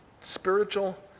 spiritual